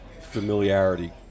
familiarity